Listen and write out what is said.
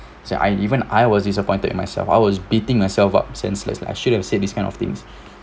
so I even I was disappointed in myself I was beating myself up senseless like I shouldn't have say this kind of things